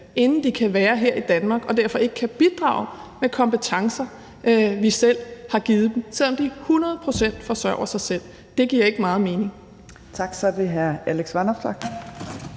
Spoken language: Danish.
inden de kan være her i Danmark, og derfor ikke kan bidrage med kompetencer, vi selv har givet dem, selv om de hundrede procent forsørger sig selv. Det giver ikke meget mening.